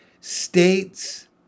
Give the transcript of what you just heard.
states